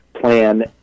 plan